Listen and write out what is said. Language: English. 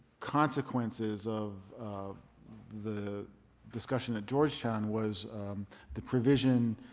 consequences of the discussion at georgetown was the provision,